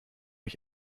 ich